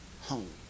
Home